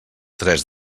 tres